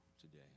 today